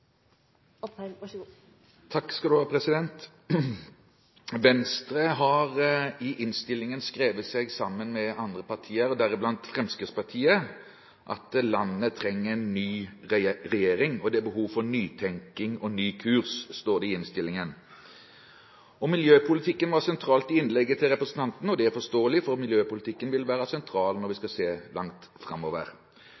konkurranse. Så får det jeg hadde tenkt å si om handlingsregelen, ligge til senere. Det blir replikkordskifte. Venstre har i innstillingen skrevet seg sammen med andre partier, deriblant Fremskrittspartiet, med hensyn til at landet trenger en ny regjering. «Det er behov for nytenkning og en ny kurs», står det i innstillingen. Miljøpolitikken sto sentralt i innlegget til representanten, og det er forståelig, for miljøpolitikken vil være sentral når vi